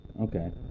Okay